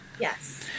Yes